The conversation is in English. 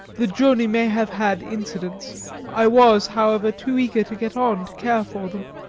the journey may have had incidents i was, however, too eager to get on, to care for them.